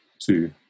two